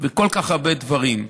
וכל כך הרבה דברים,